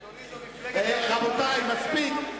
אדוני, זו מפלגת, רבותי, מספיק.